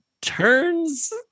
turns